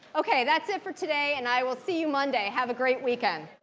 ok, that's it for today, and i will see you monday. have a great weekend.